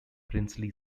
princely